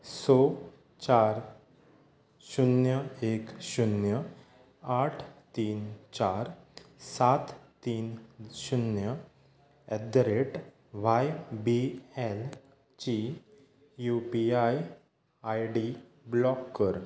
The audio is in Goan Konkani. स चार शुन्य एक शुन्य आठ तीन चार सात तीन शुन्य at the rate Y B N ची U P I I D block कर